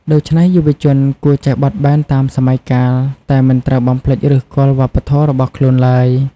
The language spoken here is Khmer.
ដូច្នេះយុវជនគួរចេះបត់បែនតាមសម័យកាល តែមិនត្រូវបំភ្លេចឬសគល់វប្បធម៌របស់ខ្លួនឡើយ។